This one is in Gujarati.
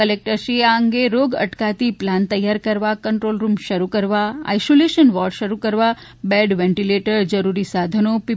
કલેકટરશ્રીએ આ અંગે રોગ અટકાયતી પ્લાન તૈયાર કરવા કન્ટ્રોલરૂમ શરૂ કરવા આઈસોલેશન વોર્ડ શરૂ કરવા બેડ વેન્ટીલેટર જરૂરી સાધનો પી